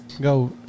Go